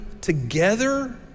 together